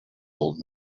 old